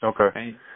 Okay